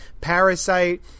Parasite